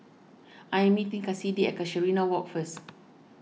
I am meeting Kassidy at Casuarina Walk first